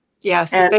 Yes